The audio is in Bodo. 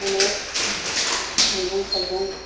अनेख मैगं थाइगं